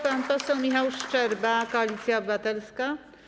Pan poseł Michał Szczerba, Koalacja Obywatelska.